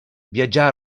viatjar